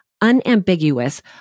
unambiguous